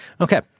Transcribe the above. Okay